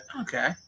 Okay